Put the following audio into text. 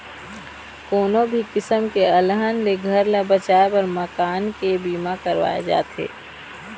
कोनो भी किसम के अलहन ले घर ल बचाए बर मकान के बीमा करवाए जाथे